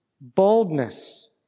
Boldness